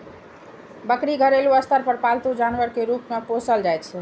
बकरी घरेलू स्तर पर पालतू जानवर के रूप मे पोसल जाइ छै